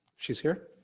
she's here,